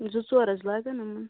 زٕ ژور حظ لَگَن